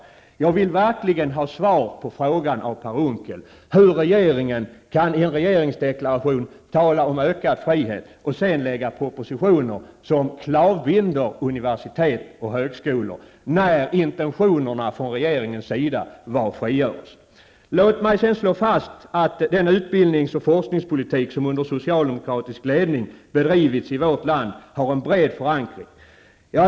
Jag vill verkligen ha svar av Per Unckel på frågan om hur regeringen i regeringsdeklarationen kan tala om ökad frihet och sedan lägga fram propositioner som klavbinder universitet och högskolor. Regeringens intentioner var ju frigörelse. Låt mig sedan slå fast att den utbildnings och forskningspolitik som under socialdemokratisk ledning har bedrivits i vårt land har en bred förankring.